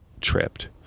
tripped